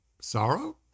Sorrow